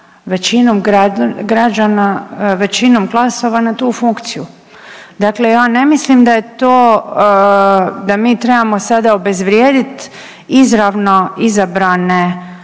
većinom građana, većinom glasova na tu funkciju. Dakle, ja ne mislim da je to, da mi trebamo sada obezvrijedit izravno izabrane